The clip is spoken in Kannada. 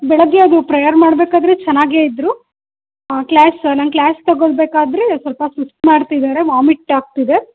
ಬೆಳಗ್ಗೆ ಅದು ಪ್ರೇಯರ್ ಮಾಡಬೇಕಾದರೆ ಚೆನ್ನಾಗೇ ಇದ್ದರು ಕ್ಲ್ಯಾಸ್ ನಾನು ಕ್ಲ್ಯಾಸ್ ತೊಗೊಳ್ಬೇಕಾದರೆ ಸ್ವಲ್ಪ ಸುಸ್ತು ಮಾಡ್ತಿದ್ದಾರೆ ವಾಮಿಟ್ ಆಗ್ತಿದೆ